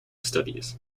studies